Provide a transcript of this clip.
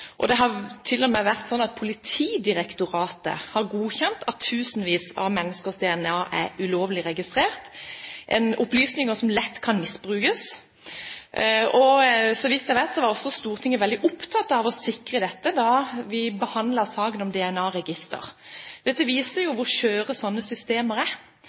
vært sånn at Politidirektoratet har godkjent at tusenvis av menneskers DNA har blitt ulovlig registrert, opplysninger som lett kan misbrukes. Så vidt jeg vet, var Stortinget veldig opptatt av å sikre dette da vi behandlet saken om et DNA-register. Dette viser jo hvor skjøre sånne systemer er.